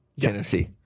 Tennessee